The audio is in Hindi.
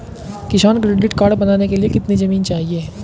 किसान क्रेडिट कार्ड बनाने के लिए कितनी जमीन चाहिए?